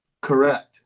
Correct